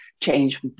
change